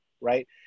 right